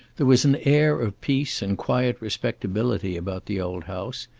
there was an air of peace and quiet respectability about the old house,